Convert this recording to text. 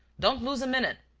don't lose a minute.